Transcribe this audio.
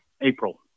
April